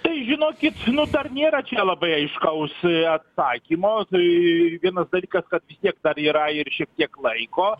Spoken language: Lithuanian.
tai žinokit nu dar nėra čia labai aiškaus atsakymo tai vienas dalykas kad vis tiek dar yra ir šiek tiek laiko